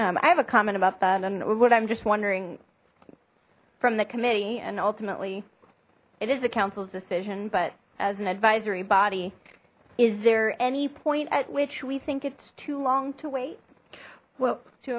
that i have a comment about that and what i'm just wondering from the committee and ultimately it is a council's decision but as an advisory body is there any point at which we think it's too long to wait